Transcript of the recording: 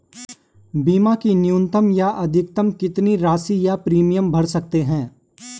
बीमा की न्यूनतम या अधिकतम कितनी राशि या प्रीमियम भर सकते हैं?